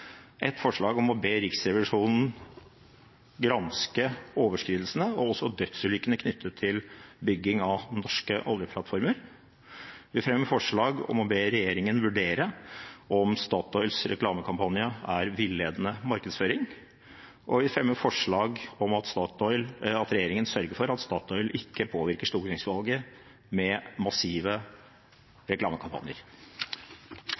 et forslag om å be Riksrevisjonen granske overskridelsene, også dødsulykkene knyttet til bygging av norske oljeplattformer. Vi fremmer forslag om å be regjeringen vurdere om Statoils reklamekampanje er villedende markedsføring. Og vi fremmer forslag om at regjeringen sørger for at Statoil ikke påvirker stortingsvalget med